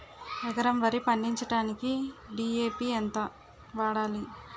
ఎకరం వరి పండించటానికి డి.ఎ.పి ఎంత వాడాలి?